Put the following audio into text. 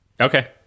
okay